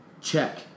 check